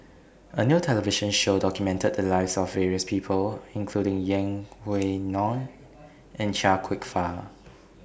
A New television Show documented The Lives of various People including Yeng Pway Ngon and Chia Kwek Fah